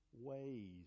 ways